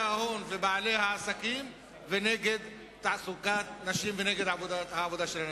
ההון ובעלי העסקים ונגד תעסוקת נשים ונגד עבודה של הנשים.